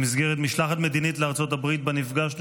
במסגרת משלחת מדינית לארצות הברית שבה נפגשנו